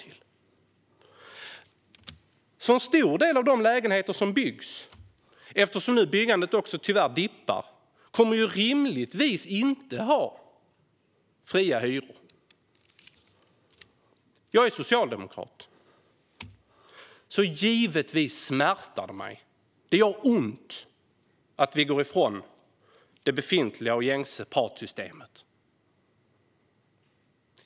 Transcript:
En stor del av de lägenheter som byggs, eftersom byggandet nu tyvärr dippar, kommer rimligtvis inte att ha fria hyror. Jag är socialdemokrat. Så givetvis smärtar det mig, det gör ont, att vi går ifrån det befintliga och gängse partssystemet.